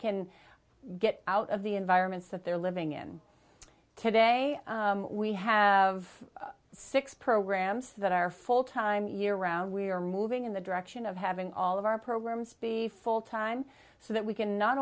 can get out of the environments that they're living in today we have six programs that are full time year round we are moving in the direction of having all of our programs be full time so that we can not